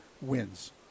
wins